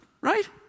right